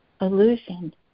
illusion